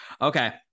okay